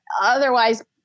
otherwise